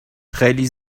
خیلی